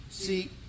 See